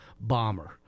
Bomber